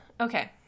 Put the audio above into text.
okay